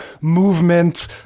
movement